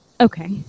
Okay